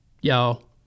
Y'all